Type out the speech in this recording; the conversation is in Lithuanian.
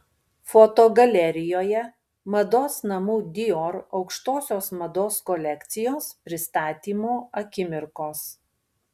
fotogalerijoje mados namų dior aukštosios mados kolekcijos pristatymo akimirkos